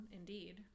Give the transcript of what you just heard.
indeed